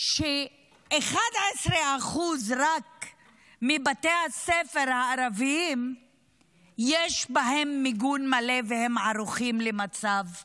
שרק ב-11% מבתי הספר הערביים יש מיגון מלא והם ערוכים למצב החירום.